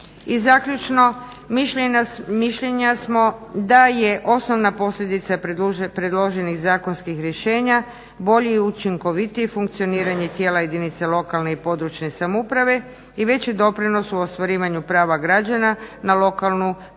zaključno mišljenja smo da je osnovna posljedica predloženih zakonskih rješenja bolje i učinkovitije funkcioniranje tijela jedinice lokalne i područne samouprave i veći doprinos u ostvarivanju prava građana na lokalnu, područnu